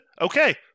Okay